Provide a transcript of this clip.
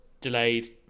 delayed